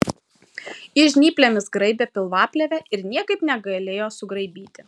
jis žnyplėmis graibė pilvaplėvę ir niekaip negalėjo sugraibyti